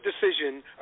decision